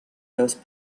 those